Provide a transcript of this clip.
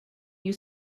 you